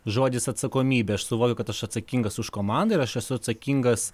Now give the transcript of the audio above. žodis atsakomybė aš suvokiu kad aš atsakingas už komandą ir aš esu atsakingas